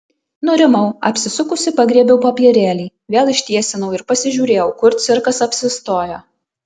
nurimau apsisukusi pagriebiau popierėlį vėl ištiesinau ir pasižiūrėjau kur cirkas apsistojo